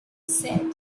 said